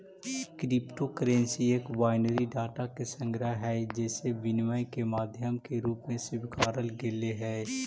crypto currency एक binary data के संग्रह हइ जेसे विनिमय के माध्यम के रूप में स्वीकारल गेले हइ